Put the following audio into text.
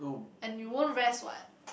and you won't rest what